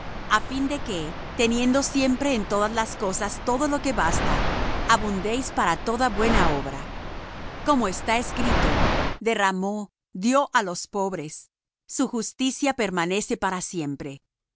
á fin de que teniendo siempre en todas las cosas todo lo que basta abundéis para toda buena obra como está escrito derramó dió á los pobres su justicia permanece para siempre